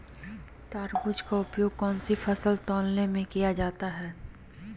तराजू का उपयोग कौन सी फसल को तौलने में किया जाता है?